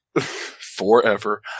Forever